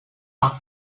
are